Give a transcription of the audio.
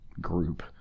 group